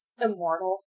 immortal